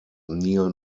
neil